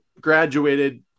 graduated